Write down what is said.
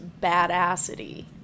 badassity